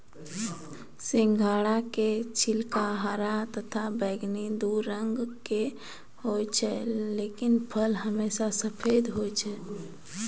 सिंघाड़ा के छिलका हरा तथा बैगनी दू रंग के होय छै लेकिन फल हमेशा सफेद होय छै